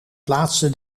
plaatste